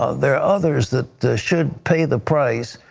ah there are others that should pay the price,